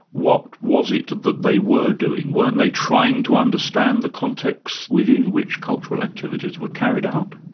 what was it that they were doing? weren't they trying to understand the context within which cultural activities were carried out?